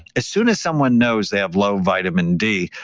as soon as someone knows they have low vitamin d,